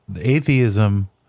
Atheism